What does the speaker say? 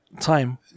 time